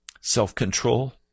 Self-control